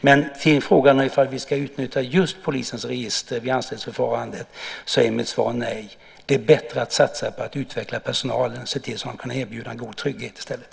På frågan om vi ska utnyttja just polisens register vid anställningsförfarandet är mitt svar nej. Det är bättre att satsa på att utveckla personalen och se till att de kan erbjuda en god trygghet i stället.